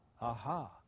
Aha